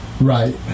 Right